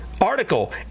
Article